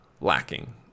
Lacking